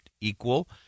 equal